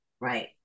Right